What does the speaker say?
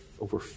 over